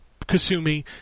Kasumi